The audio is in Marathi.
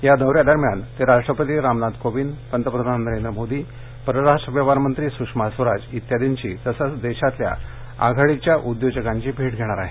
या दौऱ्यादरम्यान ते राष्ट्रपती रामनाथ कोविंद पंतप्रधान नरेंद्र मोदी परराष्ट्र व्यवहार मंत्री सुषमा स्वराज आदींची तसंच देशातील आघाडीच्या उद्योजकांची भेट घेणार आहेत